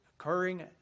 occurring